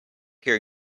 hear